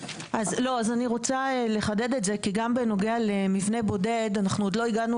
אני רוצה לחדד את זה כי גם בנוגע למבנה בודד אנחנו עוד לא הגענו